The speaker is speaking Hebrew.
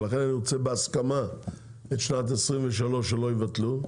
איגוד השמאים בישראל שי שדה יו"ר הוועדה לביטוח אלמנטרי,